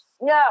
No